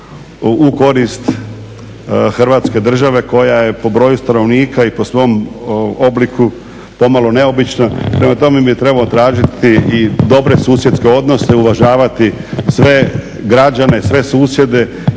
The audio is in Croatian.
u korist Hrvatske države koja je po broju stanovnika i po svom obliku pomalo neobična. Prema tome … trebao tražiti i dobro susjedske odnose, uvažavati sve građane, sve susjede